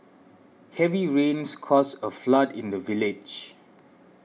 heavy rains caused a flood in the village